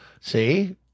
See